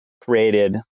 created